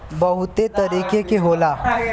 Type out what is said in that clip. बहुते तरीके के होला